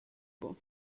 buc